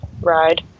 ride